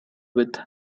with